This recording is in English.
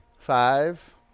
Five